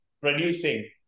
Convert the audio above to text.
producing